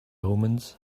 omens